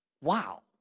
Wow